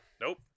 Nope